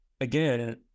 again